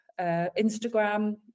instagram